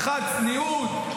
1. צניעות,